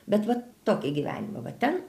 bet vat tokį gyvenimą va ten